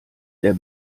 der